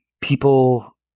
People